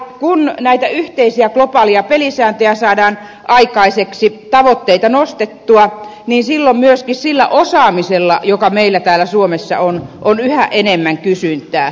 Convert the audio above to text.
kun näitä yhteisiä globaaleja pelisääntöjä saadaan aikaiseksi tavoitteita nostettua niin silloin myöskin sillä osaamisella joka meillä täällä suomessa on on yhä enemmän kysyntää